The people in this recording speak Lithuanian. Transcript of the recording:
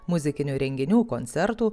muzikinių renginių koncertų